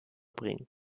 bringen